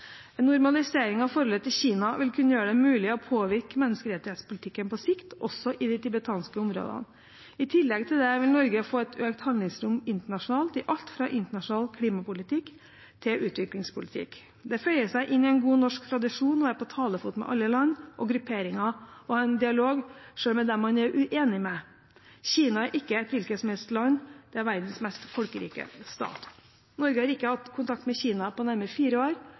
En normalisering av forholdet til Kina vil kunne gjøre det mulig å påvirke menneskerettighetspolitikken på sikt – også i de tibetanske områdene. I tillegg til dette vil Norge få et økt handlingsrom internasjonalt i alt fra internasjonal klimapolitikk til utviklingspolitikk. Det føyer seg inn i en god norsk tradisjon å være på talefot med alle land og grupperinger og å ha en dialog selv med dem man er uenig med. Kina er ikke et hvilket som helst land. Det er verdens mest folkerike stat. Norge har ikke hatt kontakt med Kina på nærmere fire år,